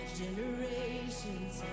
generations